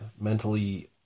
mentally